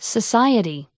Society